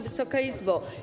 Wysoka Izbo!